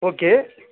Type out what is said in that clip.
okay